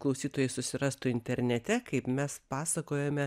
klausytojai susirastų internete kaip mes pasakojome